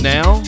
Now